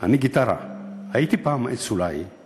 "אני גיטרה / הייתי פעם עץ אולי /